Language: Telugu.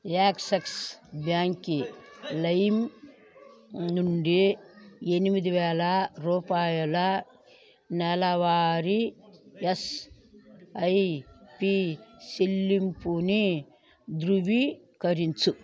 యాక్సెస్ బ్యాంకి లైమ్ నుండి ఎనిమిదివేల రూపాయల నెలవారీ ఎస్ఐపి చెల్లింపుని ధృవీకరించు